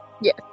Yes